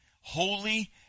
holy